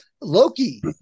Loki